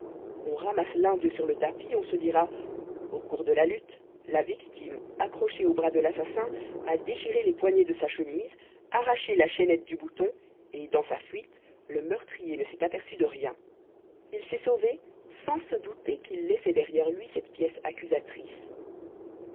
qu'on ramasse l'un d'eux sur le tapis on se dira au cours de la lutte la victime accrochée aux bras de l'assassin a déchiré les poignets de sa chemise arraché la chaînette du bouton et dans sa fuite le meurtrier ne s'est aperçu de rien il s'est sauvé sans se douter qu'il laissait derrière lui cette pièce accusatrice